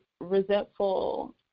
resentful